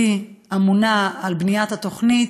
שאמונה על בניית התוכנית,